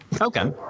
Okay